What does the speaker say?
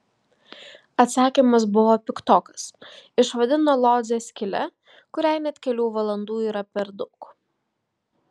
atsakymas buvo piktokas išvadino lodzę skyle kuriai net kelių valandų yra per daug